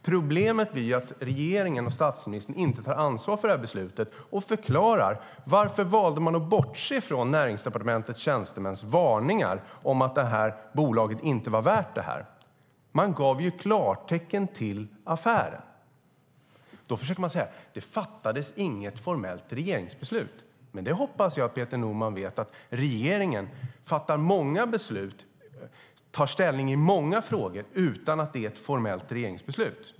Problemet blir att regeringen och statsministern inte tar ansvar för det här beslutet och förklarar varför man valde att bortse från Näringsdepartementets tjänstemäns varningar om att det bolaget inte var värt det här. Man gav ju klartecken till affären. Nu försöker man säga: Det fattades inget formellt regeringsbeslut. Men jag hoppas att Peter Norman vet att regeringen tar ställning i många frågor utan att det finns ett formellt regeringsbeslut.